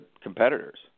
competitors